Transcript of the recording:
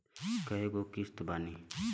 कय गो किस्त बानी?